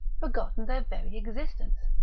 forgotten their very existence.